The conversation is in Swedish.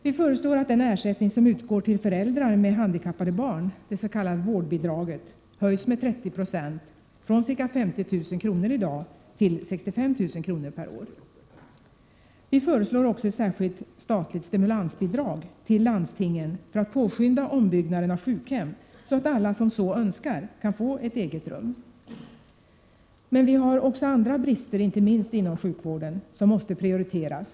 Vi föreslår att den ersättning som utgår till föräldrar med handikappade barn, det s.k. vårdbidraget, höjs med 30 90 från ca 50 000 kr. till 65 000 kr. per år. Vi föreslår också ett särskilt statligt stimulansbidrag till landstingen för att påskynda ombyggnaden av sjukhem så att alla som så önskar kan få ett 75 eget rum. Men vi har också andra brister — inte minst inom sjukvården — som måste prioriteras.